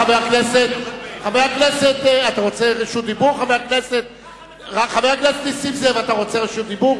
חבר הכנסת נסים זאב, אתה רוצה רשות דיבור?